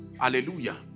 hallelujah